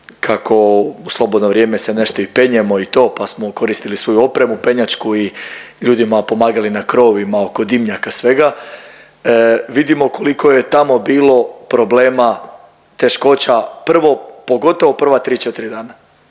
kako u slobodno vrijeme se nešto i penjemo i to pa smo koristili svoju opremu penjačku i ljudima pomagali na krovovima oko dimnjaka svega. Vidimo koliko je tamo bilo problema teškoća prvo pogotovo prva tri,